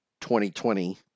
2020